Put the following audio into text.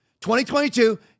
2022